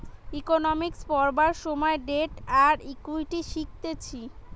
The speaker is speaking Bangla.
ইকোনোমিক্স পড়বার সময় ডেট আর ইকুইটি শিখতিছে